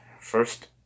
first